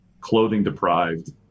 clothing-deprived